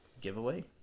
giveaway